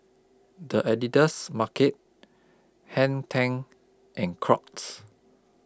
The Editor's Market Hang ten and Crocs